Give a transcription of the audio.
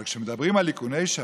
אבל כשמדברים על איכוני שב"כ,